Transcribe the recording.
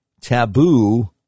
taboo